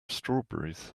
strawberries